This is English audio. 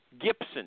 Gibson